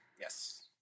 Yes